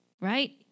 right